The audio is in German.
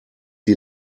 die